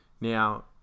Now